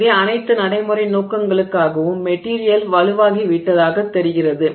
எனவே அனைத்து நடைமுறை நோக்கங்களுக்காகவும் மெட்டிரியல் வலுவாகிவிட்டதாகத் தெரிகிறது